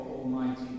Almighty